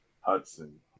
Hudson